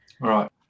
right